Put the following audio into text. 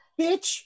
Bitch